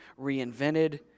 reinvented